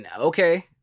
Okay